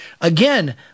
again